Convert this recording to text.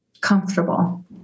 comfortable